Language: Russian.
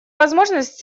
возможность